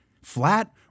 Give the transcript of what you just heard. Flat